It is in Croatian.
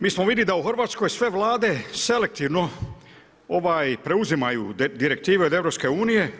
Mi smo vidjeli u Hrvatskoj sve vlade selektivno preuzimaju direktive od EU.